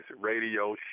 radio